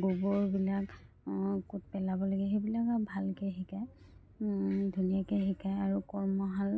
গোবৰবিলাক ক'ত পেলাব লাগে সেইবিলাকো ভালকে শিকায় ধুনীয়াকে শিকায় আৰু কৰ্মশালা